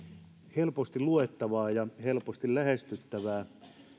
helposti luettavaa ja helposti lähestyttävää ja